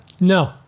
No